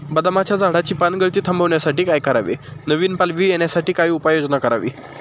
बदामाच्या झाडाची पानगळती थांबवण्यासाठी काय करावे? नवी पालवी येण्यासाठी काय उपाययोजना करावी?